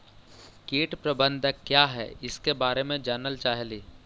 कीट प्रबनदक क्या है ईसके बारे मे जनल चाहेली?